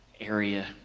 area